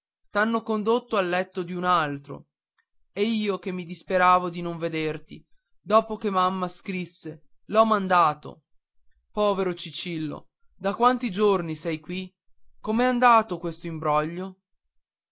t'hanno condotto al letto d'un altro e io che mi disperavo di non vederti dopo che mamma scrisse l'ho mandato povero cicillo da quanti giorni sei qui com'è andato questo imbroglio